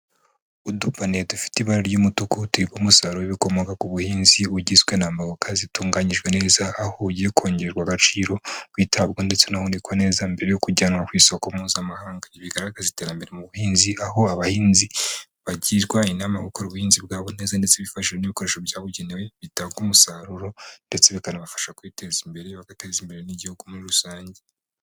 Udupaniye dufite ibara ry'umutuku, tubika umusaruro w'ibikomoka ku buhinzi, ugizwe n'avoka zitunganyijwe neza, aho ugiye kongererwa agaciro, kwitabwaho ndetse unahunikwa neza mbere yo kujyanwa ku isoko mpuzamahanga, ibi bigaragaza iterambere mu buhinzi, aho abahinzi bagirwa inama yo gukora ubuhinzi bwabo neza, ndetse bifashashi n'ibikoresho byabugenewe bitanga umusaruro, ndetse bikanabafasha kwiteza imbere, bagateza imbere n'igihugu muri rusange.